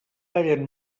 tallen